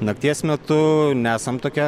nakties metu nesam tokia